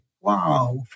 wow